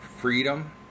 freedom